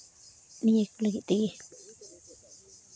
ᱱᱤᱭᱟᱹ ᱠᱚ ᱞᱟᱹᱜᱤᱫ ᱛᱮᱜᱮ